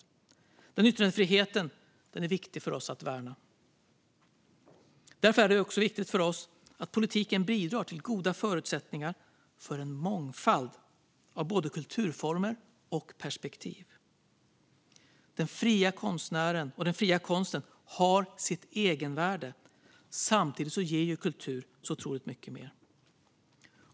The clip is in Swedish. Denna yttrandefrihet är viktig för oss att värna. Därför är det också viktigt för oss att politiken bidrar till goda förutsättningar för en mångfald av både kulturformer och perspektiv. Den fria konstnären och den fria konsten har sitt egenvärde. Samtidigt ger kultur så otroligt mycket mer.